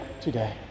today